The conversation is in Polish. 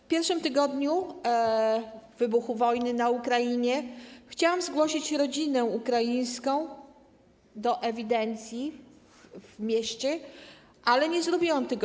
W pierwszym tygodniu po wybuchu wojny na Ukrainie chciałam zgłosić rodzinę ukraińską do ewidencji w mieście, ale nie zrobiłam tego.